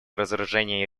разоружение